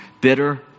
bitter